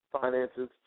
finances